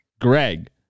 Greg